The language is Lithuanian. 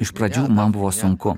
iš pradžių man buvo sunku